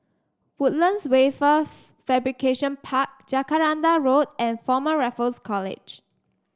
Woodlands Wafer Fabrication Park Jacaranda Road and Former Raffles College